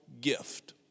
gift